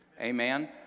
Amen